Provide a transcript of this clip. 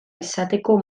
izateko